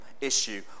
issue